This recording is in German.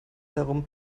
darum